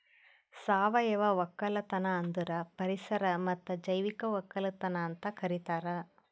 ಸಾವಯವ ಒಕ್ಕಲತನ ಅಂದುರ್ ಪರಿಸರ ಮತ್ತ್ ಜೈವಿಕ ಒಕ್ಕಲತನ ಅಂತ್ ಕರಿತಾರ್